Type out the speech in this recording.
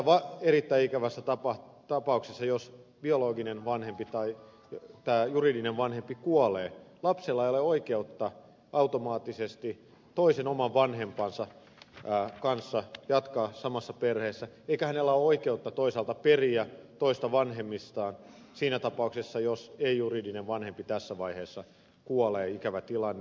ja sellaisessa erittäin ikävässä tapauksessa jos biologinen vanhempi tai tämä juridinen vanhempi kuolee lapsella ei ole oikeutta automaattisesti toisen oman vanhempansa kanssa jatkaa samassa perheessä eikä hänellä ole oikeutta toisaalta periä toista vanhemmistaan siinä tapauksessa että ei juridinen vanhempi tässä vaiheessa kuolee ikävä tilanne